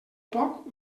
poc